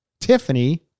Tiffany